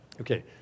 Okay